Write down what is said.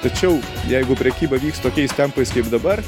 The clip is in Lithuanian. tačiau jeigu prekyba vyks tokiais tempais kaip dabar